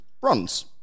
bronze